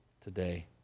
today